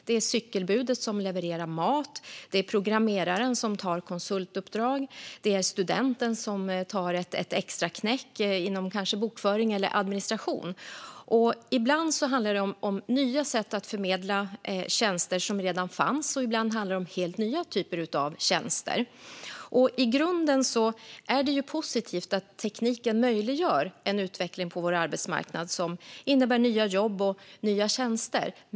Det är cykelbudet som levererar mat, det är programmeraren som tar konsultuppdrag och det är studenten som tar ett extraknäck inom kanske bokföring eller administration. Ibland handlar det om nya sätt att förmedla tjänster som redan fanns, och ibland handlar det om helt nya typer av tjänster. I grunden är det positivt att tekniken möjliggör en utveckling på vår arbetsmarknad som innebär nya jobb och nya tjänster.